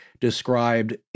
described